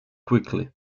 quickly